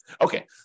Okay